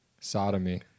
Sodomy